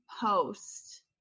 post